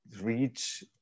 reach